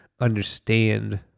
understand